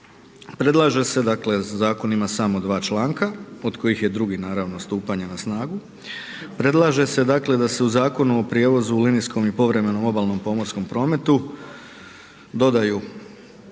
Predlaže se dakle, zakon ima samo dva članka, od kojih je drugi naravno stupanje na snagu, predlaže se dakle da se u Zakonu o prijevozu u linijskom i povremenom obalnom pomorskom prometu dodaju